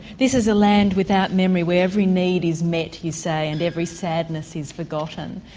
this is a land without memory where every need is met you say and every sadness is forgotten.